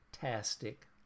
fantastic